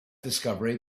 discovery